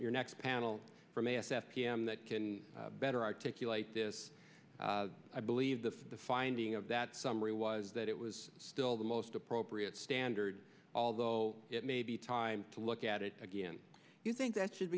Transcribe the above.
your next panel from a s f pm that can better articulate this i believe that the finding of that summary was that it was still the most appropriate standard although it may be time to look at it again you think that should